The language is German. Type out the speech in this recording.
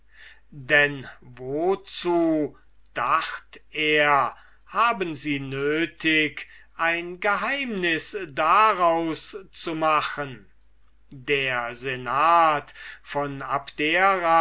denn wozu dacht er haben sie nötig ein geheimnis daraus zu machen der senat von abdera